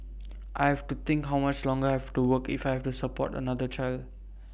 I have to think how much longer I have to work if I have to support another child